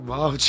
Wow